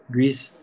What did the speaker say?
Greece